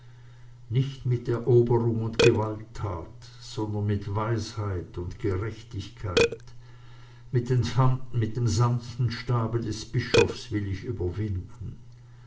nicht mit eroberung und gewalttat sondern mit weisheit und gerechtigkeit mit dem sanften stabe des bischofs will ich überwinden